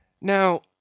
Now